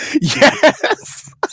yes